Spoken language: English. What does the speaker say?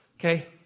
Okay